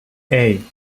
hey